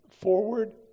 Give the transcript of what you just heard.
forward